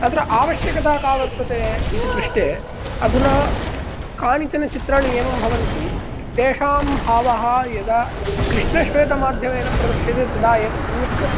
तत्र आवश्यकता का वर्तते इति पृष्टे अधुना कानिचन चित्राणि एवं भवन्ति तेषां भावाः यदा कृष्णश्वेतमाध्यमेन प्रदर्शयेत् तदा एव सम्यक्